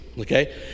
okay